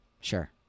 Sure